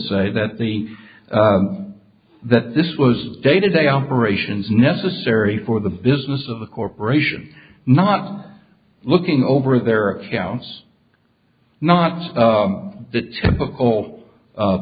say that the that this was day to day operations necessary for the business of the corporation not looking over their accounts not the typical